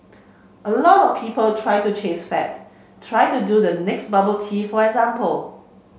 a lot of people try to chase fads try to do the next bubble tea for example